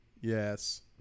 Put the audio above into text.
Yes